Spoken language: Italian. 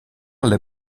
alle